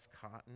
Cotton